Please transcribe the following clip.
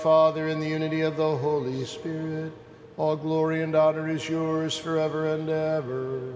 father in the unity of the holy spirit all glory and daughter is yours forever and ever